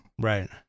Right